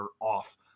off